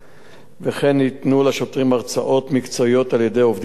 וכן ניתנו לשוטרים הרצאות מקצועיות על-ידי עובדים סוציאליים.